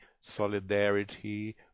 solidarity